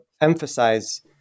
emphasize